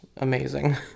amazing